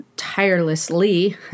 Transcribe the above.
tirelessly